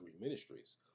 Ministries